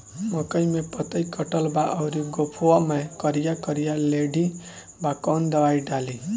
मकई में पतयी कटल बा अउरी गोफवा मैं करिया करिया लेढ़ी बा कवन दवाई डाली?